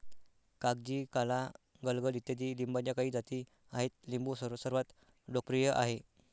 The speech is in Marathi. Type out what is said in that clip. कागजी, काला, गलगल इत्यादी लिंबाच्या काही जाती आहेत लिंबू सर्वात लोकप्रिय आहे